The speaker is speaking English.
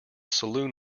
saloon